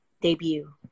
debut